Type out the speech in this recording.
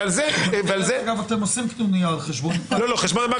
דרך אגב, אתם עושים קנוניה על חשבון הבנק